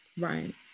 Right